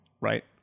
right